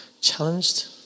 challenged